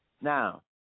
Now